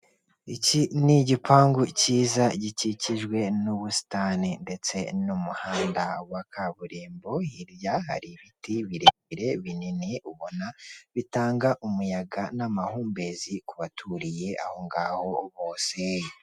Umugezi w.amazi, igikoresho bakoresha bashyiramo amazi. Giteretse ku meza. Iruhande rwacyo hari umwenda uri mu ibara ry'ubururu n'umweru.